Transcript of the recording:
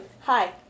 hi